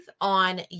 on